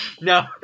no